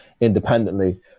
independently